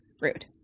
rude